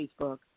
Facebook